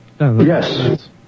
yes